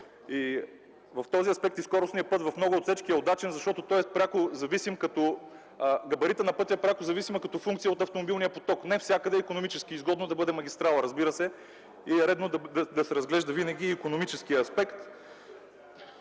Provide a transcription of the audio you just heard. В този аспект и скоростният път в много отсечки е удачен, защото габаритът на пътя е пряко зависим като функция от автомобилния поток. Не навсякъде е икономически изгодно да бъде магистрала, разбира се, и е редно да се разглежда винаги и икономическият аспект.